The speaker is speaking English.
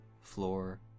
floor